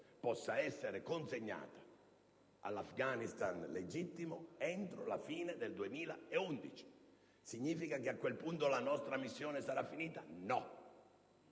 possa essere consegnata all'Afghanistan legittimo entro la fine del 2011. Significa che a quel punto la nostra missione sarà finita? No: